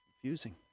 confusing